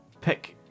Pick